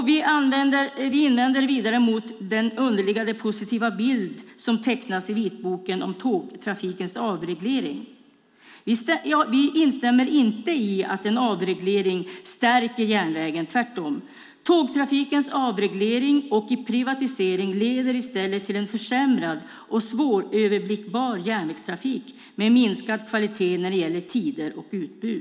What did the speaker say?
Vi invänder vidare mot den underliggande positiva bild som tecknas i vitboken om tågtrafikens avreglering. Vi instämmer inte i att en avreglering stärker järnvägen, tvärtom. Tågtrafikens avreglering och privatisering leder i stället till en försämrad och svåröverblickbar järnvägstrafik med minskad kvalitet när det gäller tider och utbud.